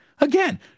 Again